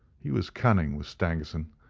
he was cunning, was stangerson,